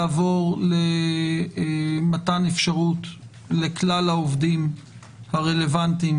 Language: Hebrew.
לעבור למתן אפשרות לכלל העובדים הרלוונטיים